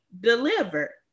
delivered